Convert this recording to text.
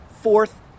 fourth